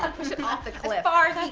ah push it off the cliff. ah as like